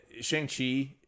Shang-Chi